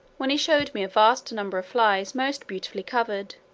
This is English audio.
when he showed me a vast number of flies most beautifully coloured,